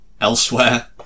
elsewhere